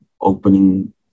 opening